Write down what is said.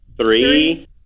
three